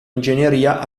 ingegneria